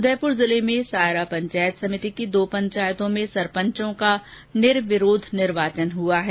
उदयपुर जिले में सायरा पंचायत समिति की दो पंचायतों में सरपंचों का निर्विरोध निर्वाचन हुआ है